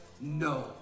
No